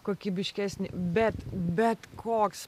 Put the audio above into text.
kokybiškesnį bet bet koks